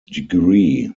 degree